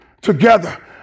together